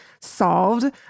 solved